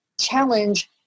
challenge